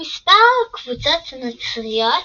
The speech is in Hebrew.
מספר קבוצות נוצריות